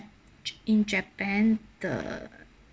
in japan the